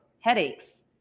headaches